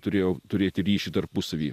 turėjo turėti ryšį tarpusavy